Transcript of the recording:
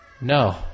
No